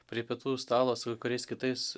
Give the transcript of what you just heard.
prie pietų stalo su kai kuriais kitais